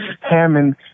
Hammond